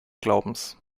glaubens